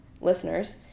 listeners